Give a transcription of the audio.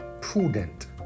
prudent